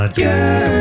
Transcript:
girl